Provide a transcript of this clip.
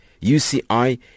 UCI